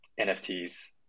NFTs